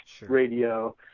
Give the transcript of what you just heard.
radio